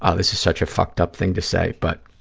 ah this is such a fucked-up thing to say, but